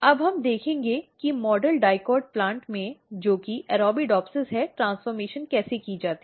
अब हम देखेंगे कि मॉडल डाइकोट प्लांट में जो कि Arabidopsis है ट्रेन्स्फ़र्मेशन कैसे की जाती है